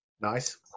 Nice